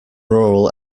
rural